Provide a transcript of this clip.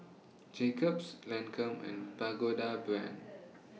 Jacob's Lancome and Pagoda Brand